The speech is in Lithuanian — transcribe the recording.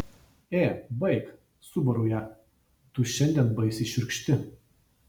ė baik subaru ją tu šiandien baisiai šiurkšti